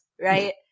Right